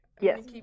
Yes